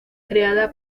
creada